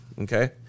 okay